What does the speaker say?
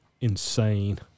insane